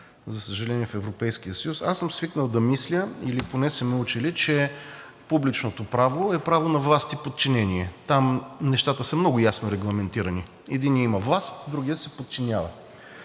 за съжаление, и в Европейския съюз. Аз съм свикнал да мисля или поне са ме учили, че публичното право е право на власт и подчинение. Там нещата са много ясно регламентирани – единият има власт, другият се подчинява.